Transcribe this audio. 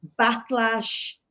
backlash